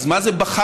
אז מה זה בחרתם?